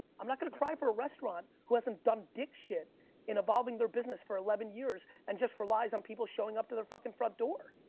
i'm not gonna cry for a restaurant who hasn't done dick shit in evolving their business for eleven years, and just relies on people showing up to their fucking front door.